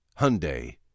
Hyundai